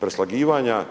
Preslagivanja